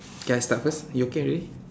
can I start first you okay already